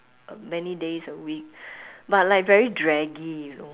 uh many days a week but like very draggy you know